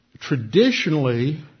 traditionally